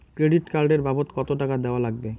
Credit card এর বাবদ কতো টাকা দেওয়া লাগবে?